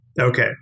Okay